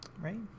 right